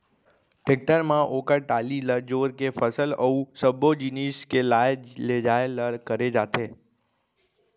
tractor म ओकर trolley ल जोर के फसल अउ सब्बो जिनिस के लाय लेजाय ल करे जाथे